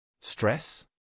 Stress